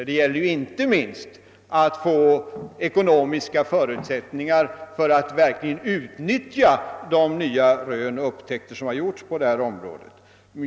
Det gäller ju inte minst att erhålla ekonomiska förutsättningar för att verkligen utnyttja de nya rön och upptäckter som har gjorts på detta område.